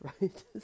right